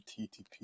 TTP